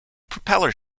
propeller